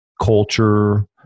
culture